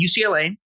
UCLA